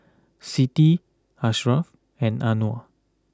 Siti Ashraff and Anuar